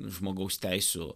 žmogaus teisių